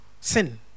sin